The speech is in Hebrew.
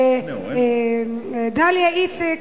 דליה איציק,